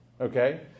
Okay